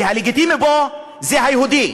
והלגיטימי פה זה היהודי.